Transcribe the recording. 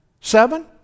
Seven